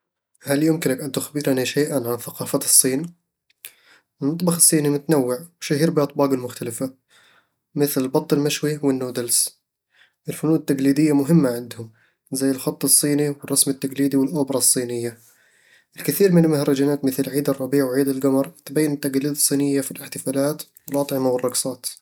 هل يمكن أن تخبرني شيئًا عن ثقافة الصين؟ المطبخ الصيني متنوع وشهير بأطباقه المختلفة، مثل البط المشوي والنودلز الفنون التقليدية مهمة عندهم، زي الخط الصيني والرسم التقليدي والأوبرا الصينية الكثير من المهرجانات مثل عيد الربيع وعيد القمر تبين التقاليد الصينية في الاحتفالات والأطعمة والرقصات